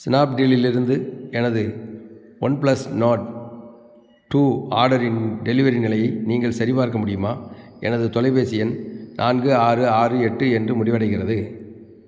ஸ்னாப்டீலிருந்து எனது OnePlus Nord two ஆர்டரின் delivery நிலையை நீங்கள் சரிபார்க்க முடியுமா எனது தொலைபேசி எண் நான்கு ஆறு ஆறு எட்டு என்று முடிவடைகிறது